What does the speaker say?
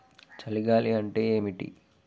చలి గాలి అంటే ఏమిటి?